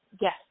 Yes